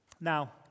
Now